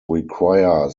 require